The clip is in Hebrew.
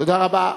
תודה רבה.